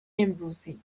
امروزی